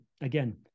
again